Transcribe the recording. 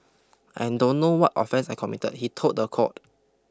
I don't know what offence I committed he told the court